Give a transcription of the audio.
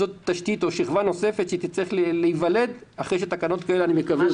זו שכבה נוספת שתצטרך להיוולד אחרי שתקנות כאלה יותקנו.